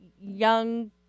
young